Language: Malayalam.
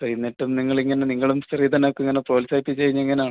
പ് എന്നിട്ടും നിങ്ങൾ ഇങ്ങനെ നിങ്ങളും സ്ത്രീധനം ഒക്കെ ഇങ്ങനെ പ്രോത്സാഹിപ്പിച്ചുകഴിഞ്ഞാൽ എങ്ങനെയാണ്